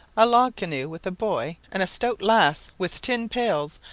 a log-canoe with a boy and a stout lass with tin pails,